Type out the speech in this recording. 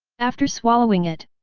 after swallowing it,